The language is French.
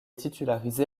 titularisé